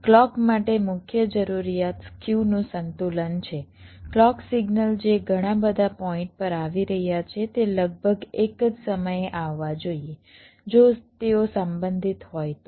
clock માટે મુખ્ય જરૂરિયાત સ્ક્યુ નું સંતુલન છે ક્લૉક સિગ્નલ જે ઘણા બધા પોઇન્ટ પર આવી રહ્યા છે તે લગભગ એક જ સમયે આવવા જોઈએ જો તેઓ સંબંધિત હોય તો